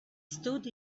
stood